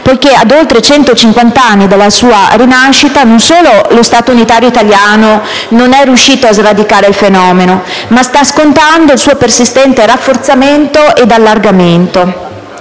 poiché ad oltre 150 anni dalla sua nascita non solo lo Stato unitario italiano non è riuscito a sradicare il fenomeno, ma sta scontando il suo persistente rafforzamento e allargamento,